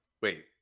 Wait